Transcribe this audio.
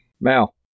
Mal